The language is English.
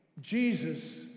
Jesus